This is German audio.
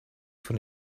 von